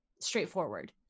straightforward